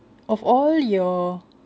of all your